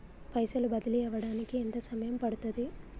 పైసలు బదిలీ అవడానికి ఎంత సమయం పడుతది?